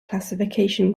classification